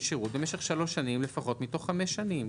שירות במשך שלוש שנים לפחות מתוך חמש שנים,